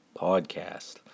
Podcast